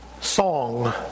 song